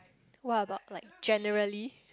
what about like generally